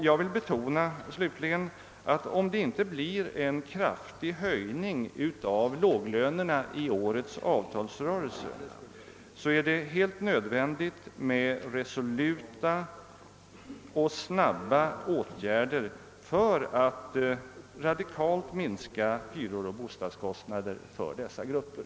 Jag vill betona att om det inte blir en kraftig höjning av låglönerna i årets avtalsrörelse, är det heit nödvändigt med resoluta och snabba åtgärder för att radikalt minska hyran och bostadskostnaden för dessa srupper.